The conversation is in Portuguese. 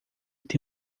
têm